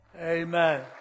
Amen